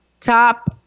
Top